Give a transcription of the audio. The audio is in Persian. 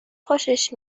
خوشش